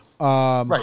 Right